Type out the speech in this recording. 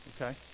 okay